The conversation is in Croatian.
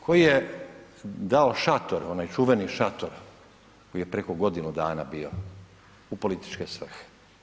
koji je dao šator, onaj čuvani šator koji je preko godinu dana bio u političke svrhe.